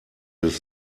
des